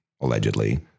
allegedly